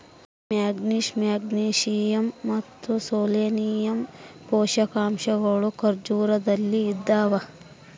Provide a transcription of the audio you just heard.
manganese magnesium ಮತ್ತು selenium ಪೋಷಕಾಂಶಗಳು ಖರ್ಜೂರದಲ್ಲಿ ಇದಾವ